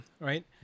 right